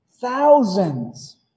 Thousands